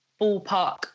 ballpark